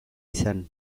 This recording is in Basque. izan